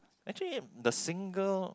actually the single